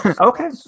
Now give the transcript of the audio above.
Okay